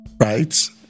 right